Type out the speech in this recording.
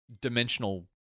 dimensional